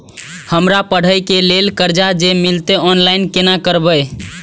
हमरा पढ़े के लेल कर्जा जे मिलते ऑनलाइन केना करबे?